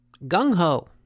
Gung-Ho